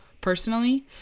personally